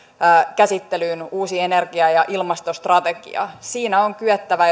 käsittelyyn uusi energia ja ilmastostrategia siinä on kyettävä